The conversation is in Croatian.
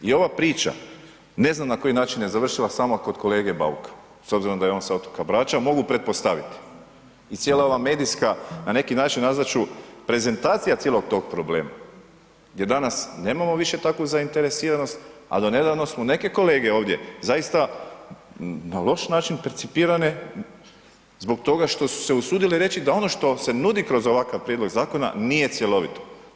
I ova priča, ne znam na koji način je završila samo kod kolege Bauka, s obzirom da je on sa otoka Brača, mogu pretpostaviti i cijela ova medijska na neki način, nazvat ću, prezentacija cijelog tog problema je danas, nemamo više takvu zainteresiranost, a do nedavno smo neke kolege ovdje, zaista na loš način percipirane zbog toga što su se usudile reći da ono što se nudi kroz ovakav prijedlog zakona nije cjelovito.